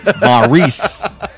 Maurice